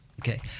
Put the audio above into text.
okay